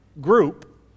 group